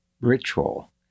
ritual